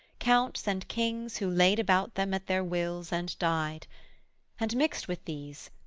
counts and kings who laid about them at their wills and died and mixt with these,